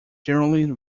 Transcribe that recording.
generally